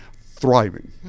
thriving